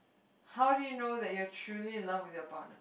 how do you know that you are truly in love with your partner